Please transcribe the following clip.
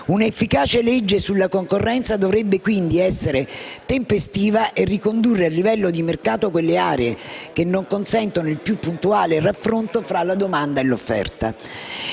Una efficace legge sulla concorrenza dovrebbe, quindi, essere tempestiva e ricondurre al livello di mercato quelle aree che non consentono il più puntuale raffronto tra la domanda e l'offerta.